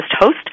host